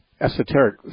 esoteric